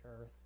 Earth